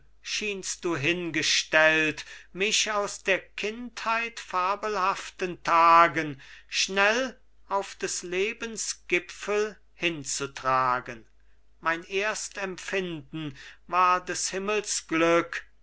du hingestellt mich aus der kindheit fabelhaften tagen schnell auf des lebens gipfel hinzutragen mein erst empfinden war des